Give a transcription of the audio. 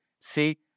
See